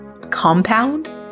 compound